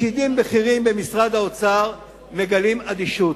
פקידים בכירים במשרד האוצר מגלים אדישות.